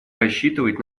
рассчитывать